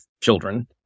children